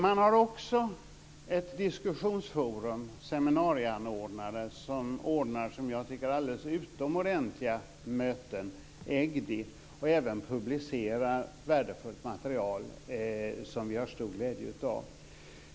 Man har också ett diskussionsforum, seminarieanordnare, som jag tycker ordnar alldeles utomordentliga möten - EGDI - och som även publicerar värdefullt material som vi har stor glädje av.